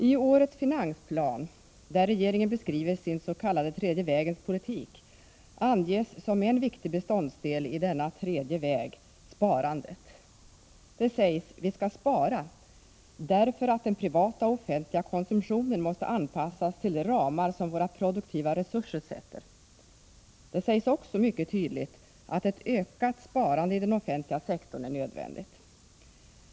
I årets finansplan, där regeringen beskriver sin s.k. tredje vägens politik, anges som en viktig beståndsdel i denna tredje väg sparandet. Det sägs: ”Vi skall spara — därför att den privata och offentliga konsumtionen måste anpassas till de ramar som våra produktiva resurser sätter.” Det sägs också mycket tydligt att ett ökat sparande i den offentliga sektorn är nödvändigt.